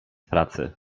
pracy